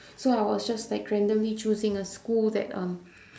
so I was just like randomly choosing a school that um